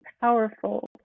powerful